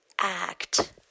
act